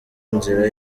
inzira